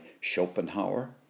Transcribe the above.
Schopenhauer